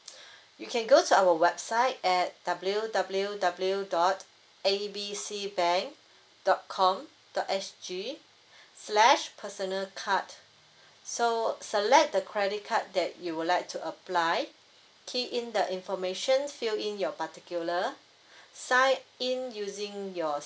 you can go to our website at W W W dot A B C bank dot com dot S_G slash personal card so select the credit card that you would like to apply key in the information fill in your particular sign in using your